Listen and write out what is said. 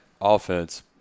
offense